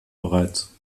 bereits